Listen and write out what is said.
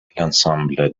l’ensemble